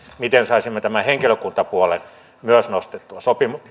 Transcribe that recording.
miten saisimme tämän henkilökuntapuolen määrän myös nostettua